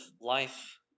life